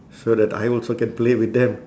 so that I also can play with them